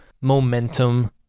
momentum